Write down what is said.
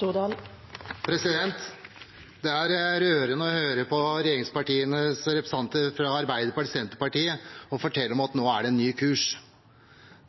det en ny kurs.